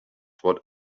what